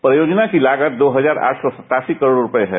परियोजना की लागत दो हजार आठ सौ सत्तासी करोड़ रूपये है